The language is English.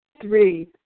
Three